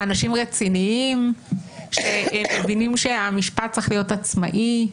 אנשים רציניים שמבינים שהמשפט צריך להיות עצמאי?